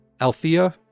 Althea